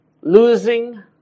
losing